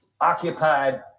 occupied